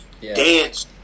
dance